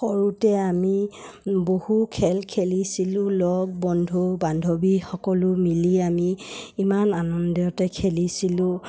সৰুতে আমি বহু খেল খেলিছিলোঁ লগ বন্ধু বান্ধৱী সকলো মিলি আমি ইমান আনন্দতে খেলিছিলোঁ